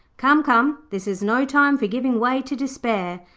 come, come, this is no time for giving way to despair.